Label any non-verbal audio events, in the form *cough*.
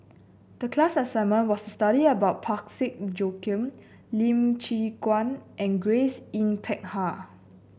the class assignment was to study about Parsick Joaquim Lim Chwee *noise* Chian and Grace Yin Peck Ha